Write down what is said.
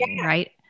right